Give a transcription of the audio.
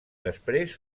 després